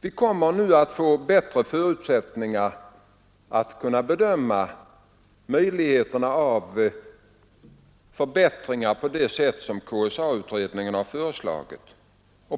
Vi kommer nu att få förutsättningar att bedöma möjligheterna av förbättringar på det sätt som KSA-utredningen har föreslagit.